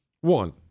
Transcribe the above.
One